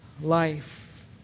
life